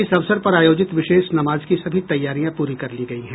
इस अवसर पर आयोजित विशेष नमाज़ की सभी तैयारियां पूरी कर ली गयी हैं